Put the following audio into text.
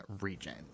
region